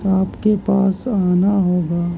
آپ کے پاس آنا ہوگا